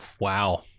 Wow